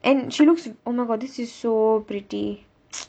and she looks oh my god this is so pretty